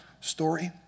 story